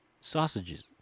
Sausages